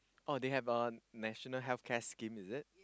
oh they have a national healthcare scheme is it